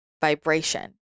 vibration